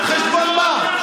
על חשבון מה?